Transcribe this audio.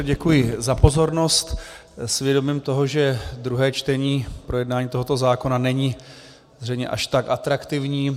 Děkuji za pozornost s vědomím toho, že druhé čtení tohoto zákona není zřejmě až tak atraktivní.